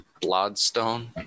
bloodstone